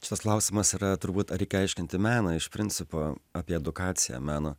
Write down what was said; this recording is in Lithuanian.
šitas klausimas yra turbūt ar reikia aiškinti meną iš principo apie edukaciją meno